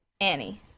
Annie